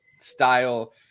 style